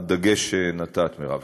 זה הדגש שנתת, מירב.